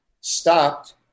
stopped